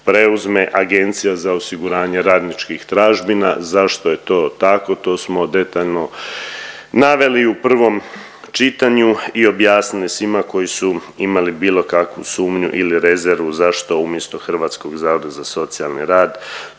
preuzme Agencija za osiguranje radničkih tražbina. Zašto je to tako, to smo detaljno naveli u prvom čitanju i objasnili svima koji su imali bilo kakvu sumnju ili rezervnu zaštitu umjesto Hrvatskog zavoda za socijalni rad,